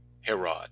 Herod